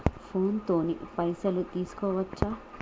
Phone తోని పైసలు వేసుకోవచ్చా?